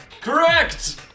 Correct